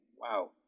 wow